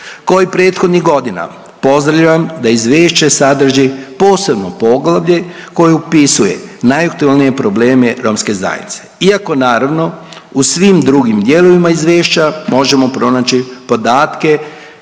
Kao i prethodnih godina pozdravljam da izvješće sadrži posebno poglavlje koje opisuje najaktualnije probleme romske zajednice, iako naravno, u svim drugim dijelovima izvješća možemo pronaći podatke